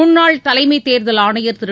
முன்னாள் தலைமை தேர்தல் ஆணையர் திரு